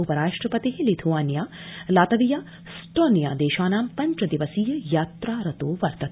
उपराष्ट्रपति Lithuania Latvia Estonia देशानां पंच दिवसीय यात्रारतो वर्तते